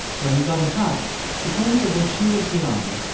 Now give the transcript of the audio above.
when we got in touch, she told me that when she was young,